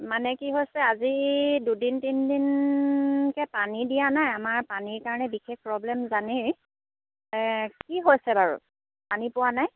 মানে কি হৈছে আজি দুদিন তিনদিনকৈ পানী দিয়া নাই আমাৰ পানীৰ কাৰণে বিশেষ প্ৰব্লেম জানেই কি হৈছে বাৰু পানী পোৱা নাই